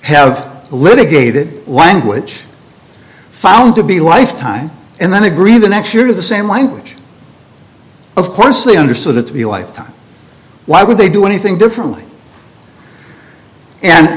have litigated language found to be lifetime and then agree the next year the same language of course they understood it to be a lifetime why would they do anything differently and